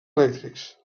elèctrics